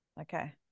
okay